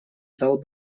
дал